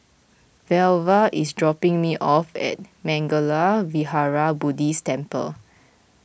Velva is dropping me off at Mangala Vihara Buddhist Temple